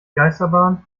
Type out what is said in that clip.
geisterbahn